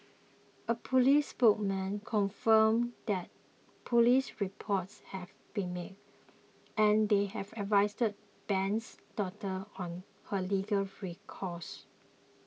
a police spokesman confirmed that police reports had been made and they had advised Ben's daughter on her legal recourse